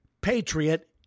patriot